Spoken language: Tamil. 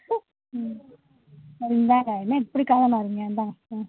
ம் சரி இந்தாங்க என்ன இப்படி காலவாரிங்க இந்தாங்க போங்க